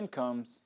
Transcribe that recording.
comes